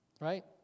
Right